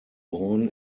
born